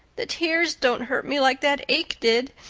the tears don't hurt me like that ache did.